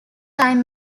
time